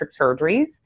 surgeries